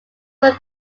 north